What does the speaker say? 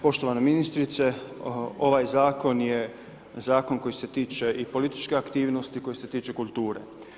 Poštovana ministrice, ovaj Zakon je Zakon koji se tiče i političke aktivnosti, koji se tiče kulture.